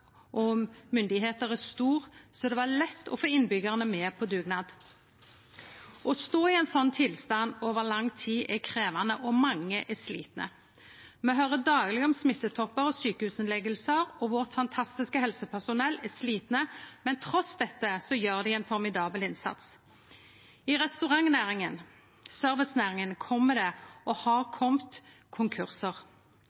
er stor, var det lett å få innbyggjarane med på dugnad. Å stå i ein slik tilstand over lang tid er krevjande, og mange er slitne. Me høyrer dagleg om smittetoppar og sjukehusinnleggingar. Vårt fantastiske helsepersonell er òg slitne, men trass i dette gjer dei ein formidabel innsats. I restaurantnæringa, servicenæringa, kjem det